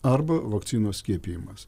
arba vakcinos skiepijimas